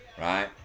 right